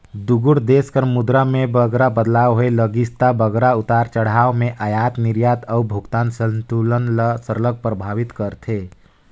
दुगोट देस कर मुद्रा में बगरा बदलाव होए लगिस ता बगरा उतार चढ़ाव में अयात निरयात अउ भुगतान संतुलन ल सरलग परभावित करथे